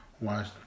watch